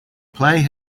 play